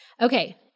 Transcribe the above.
Okay